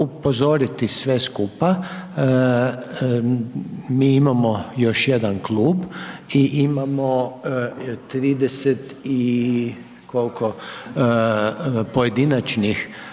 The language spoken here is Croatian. upozoriti sve skupa, mi imamo još jedan klub i imamo 30 i koliko pojedinačnih